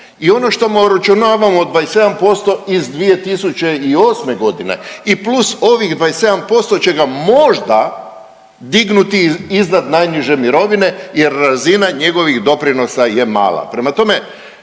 i ono što mu uračunavamo 27% iz 2008.g. i plus ovih 27% će ga možda dignuti iznad najniže mirovine jer razina njegovih doprinosa je mala.